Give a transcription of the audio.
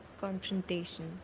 confrontation